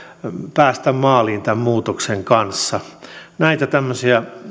päästä maaliin tämän muutoksen kanssa näitä tämmöisiä